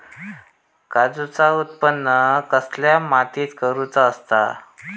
काजूचा उत्त्पन कसल्या मातीत करुचा असता?